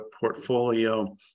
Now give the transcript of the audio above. portfolio